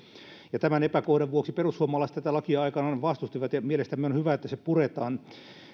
tämän epäkohdan vuoksi perussuomalaiset tätä lakia aikanaan vastustivat ja mielestämme on hyvä että se puretaan